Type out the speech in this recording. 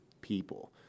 people